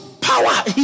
power